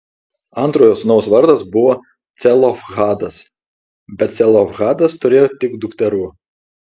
antrojo sūnaus vardas buvo celofhadas bet celofhadas turėjo tik dukterų